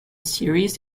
series